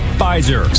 Pfizer